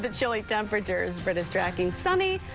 but chilly temperatures for this tracking sunny,